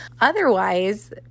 Otherwise